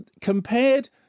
Compared